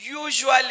usually